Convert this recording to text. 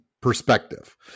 perspective